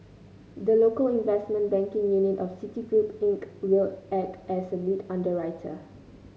the local investment banking unit of Citigroup Inc will act as lead underwriter